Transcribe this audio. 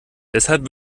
deshalb